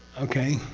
okay?